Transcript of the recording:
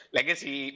Legacy